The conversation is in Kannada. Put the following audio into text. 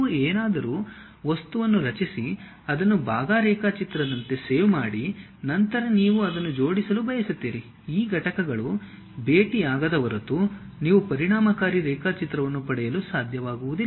ನೀವು ಏನಾದರೂ ವಸ್ತುವನ್ನು ರಚಿಸಿ ಅದನ್ನು ಭಾಗ ರೇಖಾಚಿತ್ರದಂತೆ ಸೇವ್ ಮಾಡಿ ನಂತರ ನೀವು ಅದನ್ನು ಜೋಡಿಸಲು ಬಯಸುತ್ತೀರಿ ಈ ಘಟಕಗಳು ಭೇಟಿಯಾಗದ ಹೊರತು ನೀವು ಪರಿಣಾಮಕಾರಿ ರೇಖಾಚಿತ್ರವನ್ನು ಪಡೆಯಲು ಸಾಧ್ಯವಾಗುವುದಿಲ್ಲ